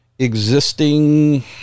existing